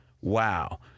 Wow